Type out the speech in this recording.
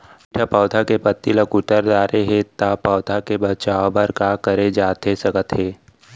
किट ह पौधा के पत्ती का कुतर डाले हे ता पौधा के बचाओ बर का करे जाथे सकत हे?